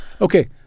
Okay